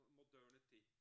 modernity